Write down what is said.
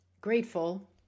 grateful